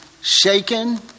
shaken